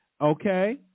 okay